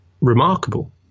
remarkable